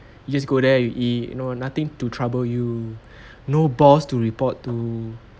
you just go there you eat you know nothing to trouble you no boss to report to